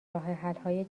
راهحلهای